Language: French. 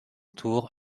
tour